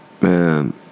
man